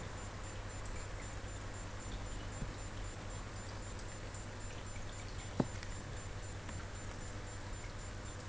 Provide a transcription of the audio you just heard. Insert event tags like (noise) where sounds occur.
(noise)